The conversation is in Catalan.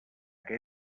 que